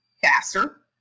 faster